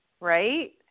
right